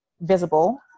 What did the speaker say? visible